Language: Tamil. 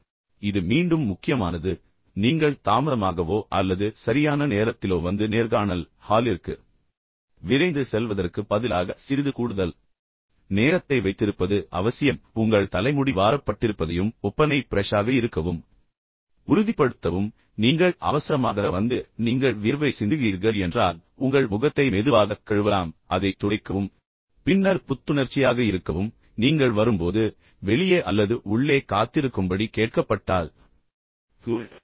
எனவே இது மீண்டும் முக்கியமானது நீங்கள் தாமதமாகவோ அல்லது சரியான நேரத்திலோ வந்து நேர்காணல் மண்டபத்திற்கு விரைந்து செல்வதற்குப் பதிலாக சிறிது கூடுதல் நேரத்தை வைத்திருப்பது அவசியம் உங்கள் தலைமுடி வாரப்பட்டிருப்பதையும் ஒப்பனை பிரெஷாக இருக்கவும் உறுதிப்படுத்தவும் அல்லது நீங்கள் அவசரமாக வந்து நீங்கள் வியர்வை சிந்துகிறீர்கள் என்றால் உங்கள் முகத்தை மெதுவாகக் கழுவலாம் அதைத் துடைக்கவும் பின்னர் புத்துணர்ச்சியாக இருக்கவும் நீங்கள் வரும்போது வெளியே அல்லது உள்ளே காத்திருக்கும்படி கேட்கப்பட்டால் கூட